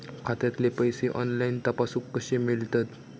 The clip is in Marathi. खात्यातले पैसे ऑनलाइन तपासुक कशे मेलतत?